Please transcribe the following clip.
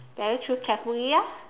better choose carefully lah